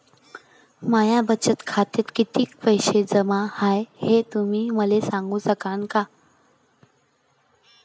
माया बचत खात्यात कितीक पैसे बाकी हाय, हे तुम्ही मले सांगू सकानं का?